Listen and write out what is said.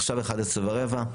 עכשיו 11:15,